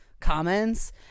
comments